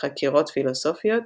ו"חקירות פילוסופיות",